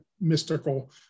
mystical